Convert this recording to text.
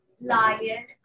lion